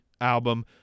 album